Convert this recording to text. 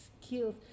skills